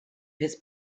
his